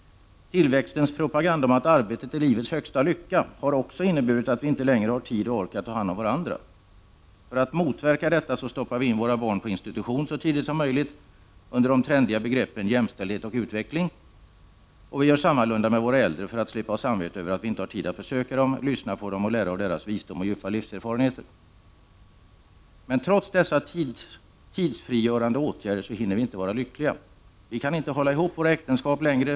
Tillväxtens propaganda om att ”arbetet är livets högsta lycka” har också inneburit att vi inte längre har tid och ork att ta hand om varandra. För att motverka detta stoppar vi in våra barn på institution så tidigt som möjligt — under de trendiga begreppen ”jämställdhet och utveckling”. Vi gör sammalunda med våra äldre för att slippa ha dåligt samvete för att vi inte har tid att besöka dem, lyssna på dem och lära av deras visdom och djupa livserfarenheter. Men trots dessa tidsfrigörande åtgärder hinner vi inte vara lyckliga. Vi kan inte hålla ihop våra äktenskap längre.